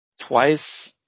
Twice